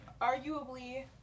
arguably